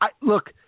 Look